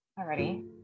already